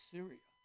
Syria